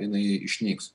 jinai išnyks